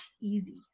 easy